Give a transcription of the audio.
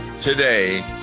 today